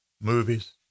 movies